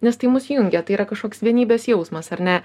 nes tai mus jungia tai yra kažkoks vienybės jausmas ar ne